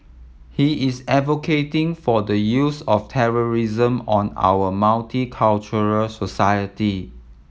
he is advocating for the use of terrorism on our multicultural society